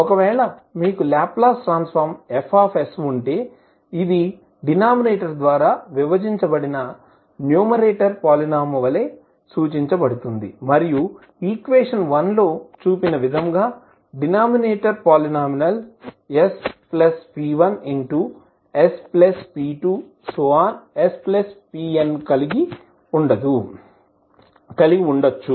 ఒకవేళ మీకు Laplace transform F ఉంటే ఇది డినామినేటర్ ద్వారా విభజించబడిన న్యూమరేటర్ పాలినోమిల్ వలె సూచించబడుతుంది మరియు ఈక్వేషన్లోచూపిన విధంగా డినామినేటర్ పాలినోమిల్ sp1sp2spn కలిగి ఉండచ్చు